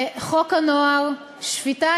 הצעת חוק הנוער (שפיטה,